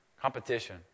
Competition